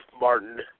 Martin